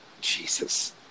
Jesus